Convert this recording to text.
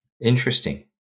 Interesting